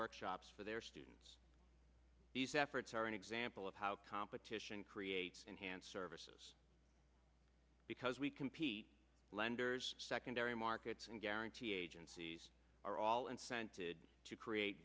workshops for their students these efforts are an example of how competition creates enhanced services because we compete lender's secondary markets and guarantee agencies are all unscented to create